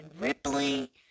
Ripley